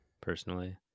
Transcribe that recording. personally